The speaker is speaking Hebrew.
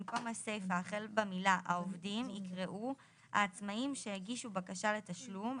במקום הסיפה החל במילה "העובדים" ייקראו " העצמאים שהגישו בקשה לתשלום,